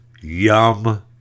yum